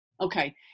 Okay